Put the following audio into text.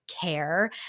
care